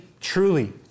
truly